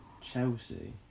Chelsea